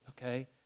okay